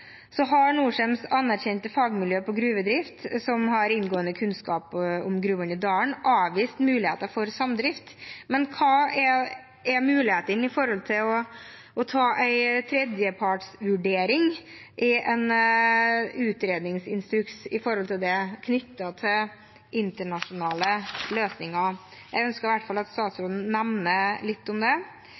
Norcems anerkjente fagmiljø innen gruvedrift, som har inngående kunnskap om gruvene i Dalen, har avvist muligheten for samdrift, men hva er muligheten for en tredjepartsvurdering? Er en utredningsinstruks om det knyttet til internasjonale løsninger? Jeg ønsker at statsråden sier litt om det.